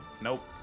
nope